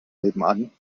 nebenan